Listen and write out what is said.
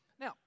Now